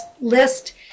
list